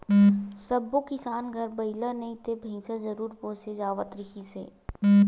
सब्बो किसान घर बइला नइ ते भइसा जरूर पोसे जावत रिहिस हे